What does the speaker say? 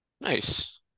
Nice